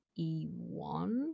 E1